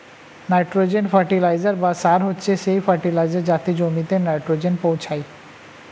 nitrogen fertiliser বা সার হচ্ছে সেই ফার্টিলাইজার যাতে জমিতে নাইট্রোজেন পৌঁছায়